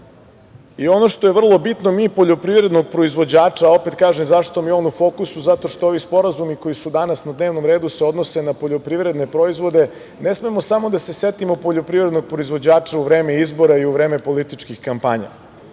što je vrlo bitno, mi poljoprivrednog proizvođača, opet kažem, zašto mi je on u fokusu, zato što ovi sporazumi koji su danas na dnevnom redu se odnose na poljoprivredne proizvode, ne smemo samo da se setimo poljoprivrednog proizvođača u vreme izbora i u vreme političkih kampanja,